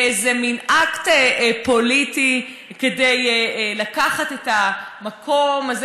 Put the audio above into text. ובאיזה מין אקט פוליטי לקחת את המקום הזה